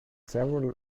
several